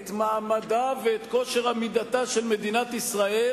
את מעמדה ואת כושר עמידתה של מדינת ישראל,